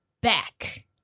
back